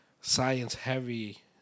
science-heavy